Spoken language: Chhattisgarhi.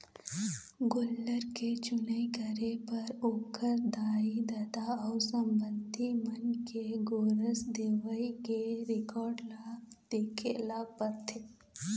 गोल्लर के चुनई करे बर ओखर दाई, ददा अउ संबंधी मन के गोरस देवई के रिकार्ड ल देखे ल परथे